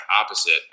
opposite